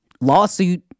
Lawsuit